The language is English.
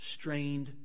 strained